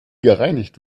gereinigt